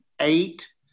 eight